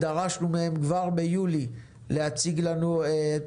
ודרשנו מהם כבר ביולי להציג לנו את